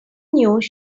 news